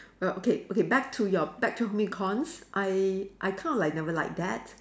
but okay okay back to your back to home econs I I kind of like never like that